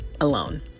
alone